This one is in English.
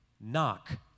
Knock